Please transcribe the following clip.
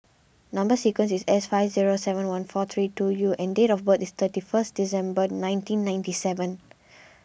Number Sequence is S five zero seven one four three two U and date of birth is thirty first December nineteen ninety seven